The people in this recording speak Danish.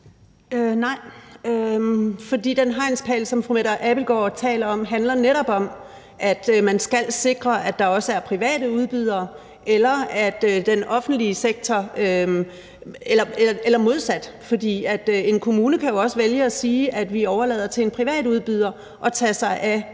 Nej, for den hegnspæl, som fru Mette Abildgaard taler om, handler netop om, at man skal sikre, at der også er private udbydere – eller modsat, for en kommune kan jo også vælge at sige, at man overlader det til en privat udbyder at tage sig af